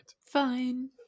Fine